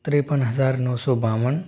तिरपन हज़ार नौ सौ बावन